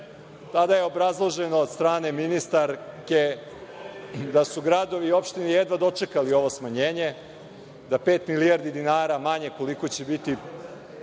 Tada je obrazloženo od strane ministarke da su gradovi i opštine jedva dočekali ovo smanjenje, da pet milijardi dinara manje, koliko će biti